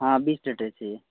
हँ बीस लीटर चाहिए